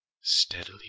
steadily